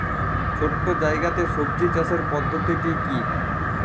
ছোট্ট জায়গাতে সবজি চাষের পদ্ধতিটি কী?